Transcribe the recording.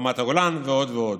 על רמת הגולן ועוד ועוד.